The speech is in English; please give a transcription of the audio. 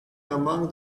among